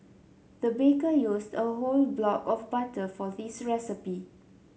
the baker used a whole block of butter for this recipe